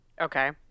Okay